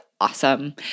awesome